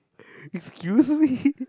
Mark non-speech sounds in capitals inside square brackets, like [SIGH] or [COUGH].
[LAUGHS] excuse me [LAUGHS]